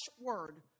word